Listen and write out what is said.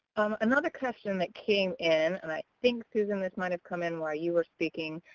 another question that came in, and i think susan this might have come in while you were speaking,